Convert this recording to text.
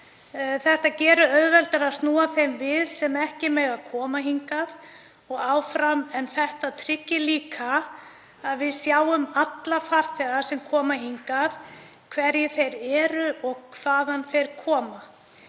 „Þetta gerir auðveldara að snúa þeim við sem ekki mega koma hingað … En þetta tryggir það líka að við sjáum alla farþega sem koma hingað, hverjir þeir eru og hvaðan þeir koma.“